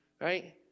right